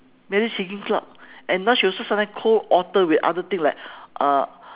mary higgins clark and now she also sometimes co author with other thing like uh